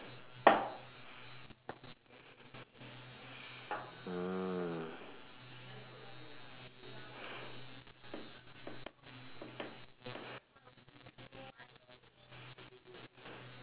ah